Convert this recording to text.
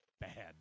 bad